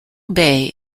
bay